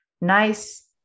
Nice